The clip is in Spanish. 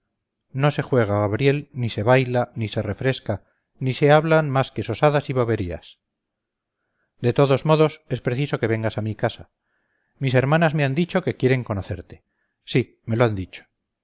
no se juega gabriel ni se baila ni se refresca ni se hablan más que sosadas y boberías de todos modos es preciso que vengas a mi casa mis hermanas me han dicho que quieren conocerte sí me lo han dicho